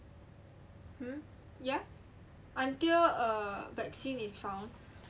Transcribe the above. mm ya until a vaccine is found